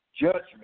judgment